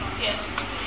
Yes